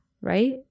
right